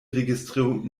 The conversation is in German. registrierung